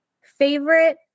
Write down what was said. favorite